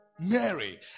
Mary